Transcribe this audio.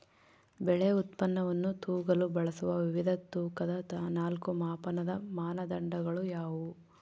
ಬೆಳೆ ಉತ್ಪನ್ನವನ್ನು ತೂಗಲು ಬಳಸುವ ವಿವಿಧ ತೂಕದ ನಾಲ್ಕು ಮಾಪನದ ಮಾನದಂಡಗಳು ಯಾವುವು?